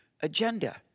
agenda